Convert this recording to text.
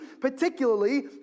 particularly